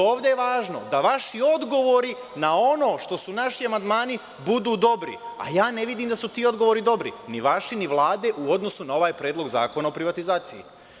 Ovde je važno da vaši odgovori na ono što su naši amandmani budu dobri, a ja ne vidim da su ti odgovori dobri, ni vaši, ni Vlade u odnosu na ovaj Predlog zakona o privatizaciji.